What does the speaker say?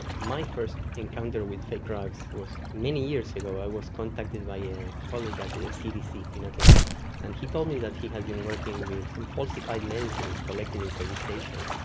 my first encounter with fake drugs was many years ago. i was contacted by a colleague at the cdc in atlanta and he told me that he had been working with some falsified medicines collected in southeast asia,